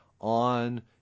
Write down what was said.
on